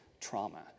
trauma